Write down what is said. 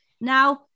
now